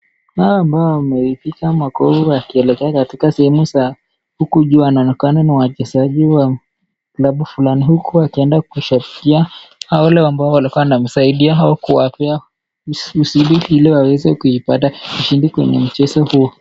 Hawa ambao wameipita mkofi huwa wakielekea katika sehemu ya huku juu wanaonekana ni wachezaji wa klabu fulani huku wakienda kusherehekea wale ambao walikuwa wanawasaidia au kuwapa msukumo ili waweze kuipata ushindi kwenye mchezo huo.